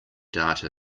data